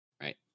right